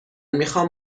میخوام